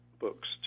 books